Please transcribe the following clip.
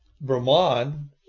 Brahman